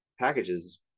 packages